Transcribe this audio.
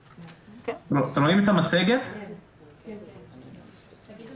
לתכנית, קצת